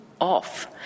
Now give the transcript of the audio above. off